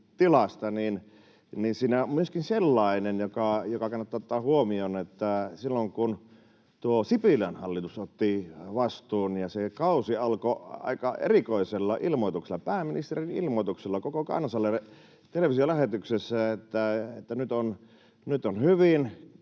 että siinä on myöskin sellainen, mikä kannattaa ottaa huomioon, että silloin, kun tuo Sipilän hallitus otti vastuun, se kausi alkoi aika erikoisella ilmoituksella, pääministerin ilmoituksella koko kansalle televisiolähetyksessä, että nyt on hyvin